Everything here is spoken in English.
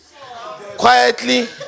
quietly